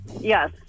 Yes